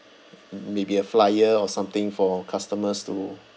m~ m~ maybe a flyer or something for customers to